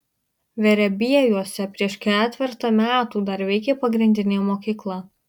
verebiejuose prieš ketvertą metų dar veikė pagrindinė mokykla